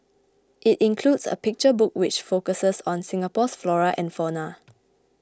it includes a picture book which focuses on Singapore's flora and fauna